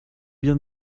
bien